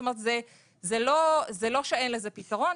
זה לא שאין לזה פתרון,